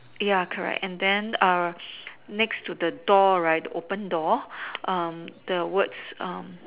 ya correct and then err next to the door right the open door um the words um